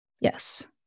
Yes